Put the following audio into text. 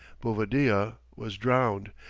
bovadilla was drowned,